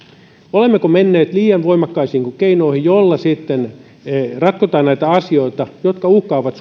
olemmeko menneet liian voimakkaisiin keinoihin joilla sitten ratkotaan asioita jotka uhkaavat